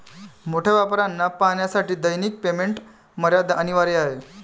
मोठ्या व्यापाऱ्यांना पाहण्यासाठी दैनिक पेमेंट मर्यादा अनिवार्य आहे